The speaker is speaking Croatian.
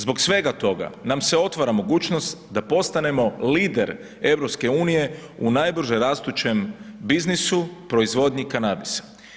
Zbog svega toga nam se otvara mogućnost da postanemo lider EU u najbrže rastućem biznisu proizvodnji kanabisa.